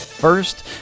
First